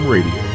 Radio